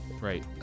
Right